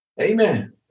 Amen